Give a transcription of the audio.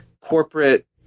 corporate